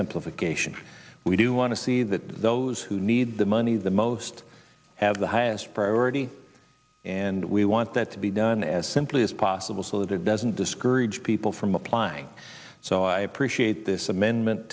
simplification we do want to see that those who need the money the most have the highest priority and we want that to be done as simply as possible so that it doesn't discourage people from applying so i appreciate this amendment